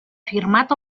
firmat